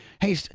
hey